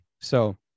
So-